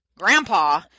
Grandpa